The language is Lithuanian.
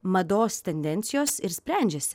mados tendencijos ir sprendžiasi